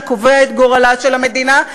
שקובע את גורלה של המדינה,